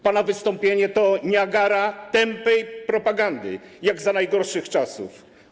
Pana wystąpienie to Niagara tępej propagandy, jak za najgorszych czasów.